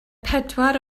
pedwar